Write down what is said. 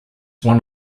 one